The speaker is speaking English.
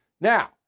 Now